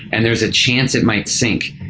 and there's a chance it might sink.